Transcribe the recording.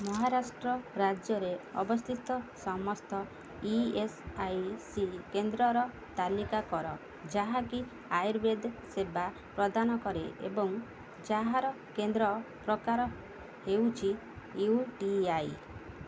ମହାରାଷ୍ଟ୍ର ରାଜ୍ୟରେ ଅବସ୍ଥିତ ସମସ୍ତ ଇ ଏସ୍ ଆଇ ସି କେନ୍ଦ୍ରର ତାଲିକା କର ଯାହାକି ଆୟୁର୍ବେଦ ସେବା ପ୍ରଦାନ କରେ ଏବଂ ଯାହାର କେନ୍ଦ୍ର ପ୍ରକାର ହେଉଛି ୟୁ ଟି ଆଇ